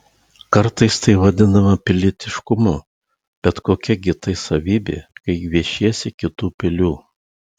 kartais tai vadinama pilietiškumu bet kokia gi tai savybė kai gviešiesi kitų pilių